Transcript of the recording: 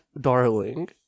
darling